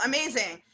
Amazing